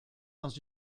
dans